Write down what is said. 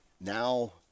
now